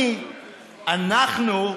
אני, אנחנו,